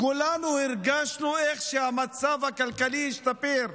כולנו הרגשנו איך המצב הכלכלי השתפר.